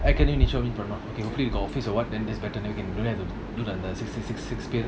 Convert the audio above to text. got office or what then that's better then we can don't have to do the six six six six P_M